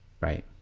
right